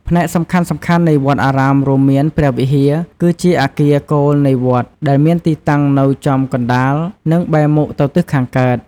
ផ្នែកសំខាន់ៗនៃវត្តអារាមរួមមានព្រះវិហារ គឺជាអគារគោលនៃវត្ត ដែលមានទីតាំងនៅចំកណ្តាល និងបែរមុខទៅទិសខាងកើត។